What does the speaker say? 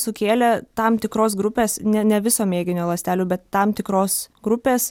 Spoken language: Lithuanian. sukėlė tam tikros grupės ne ne viso mėginio ląstelių bet tam tikros grupės